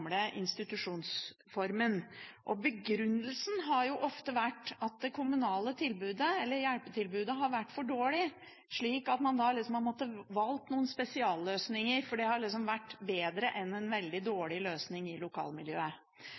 gamle institusjonsformen igjen. Begrunnelsen har ofte vært at det kommunale tilbudet eller hjelpetilbudet har vært for dårlig, slik at man har måttet velge noen spesialløsninger fordi det har vært bedre enn en veldig dårlig løsning i lokalmiljøet.